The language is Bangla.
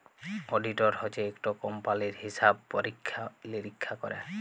অডিটর হছে ইকট কম্পালির হিসাব পরিখ্খা লিরিখ্খা ক্যরে